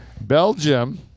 Belgium